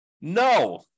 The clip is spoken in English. No